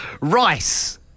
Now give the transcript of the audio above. Rice